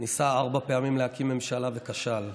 ניסה ארבע פעמים להקים ממשלה וכשל.